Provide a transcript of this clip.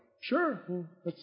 sure